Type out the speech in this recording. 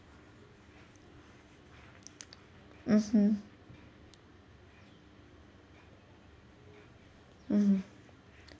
mmhmm mmhmm